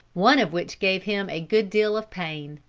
one of which gave him a good deal of pain.